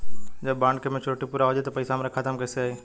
जब बॉन्ड के मेचूरिटि पूरा हो जायी त पईसा हमरा खाता मे कैसे आई?